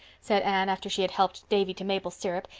said anne, after she had helped davy to maple syrup,